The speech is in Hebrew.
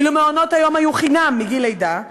אילו מעונות-היום היו חינם מגיל לידה,